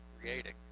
creating